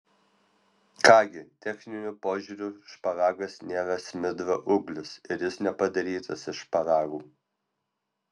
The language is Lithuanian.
ką gi techniniu požiūriu šparagas nėra smidro ūglis ir jis nepadarytas iš šparagų